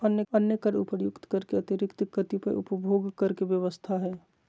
अन्य कर उपर्युक्त कर के अतिरिक्त कतिपय उपभोग कर के व्यवस्था ह